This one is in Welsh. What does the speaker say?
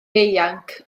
ieuanc